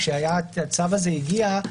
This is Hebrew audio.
כשהצו הזה הגיע,